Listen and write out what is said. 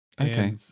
okay